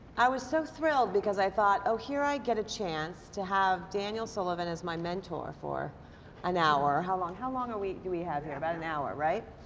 i was so thrilled because i thought oh here i get a chance to have daniel sullivan as my mentor for an hour. how long how long are we do we have here? about an hour, right?